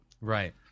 Right